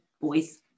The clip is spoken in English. boys